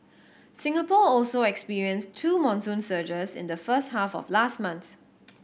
Singapore also experienced two monsoon surges in the first half of last month